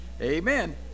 Amen